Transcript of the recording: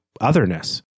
otherness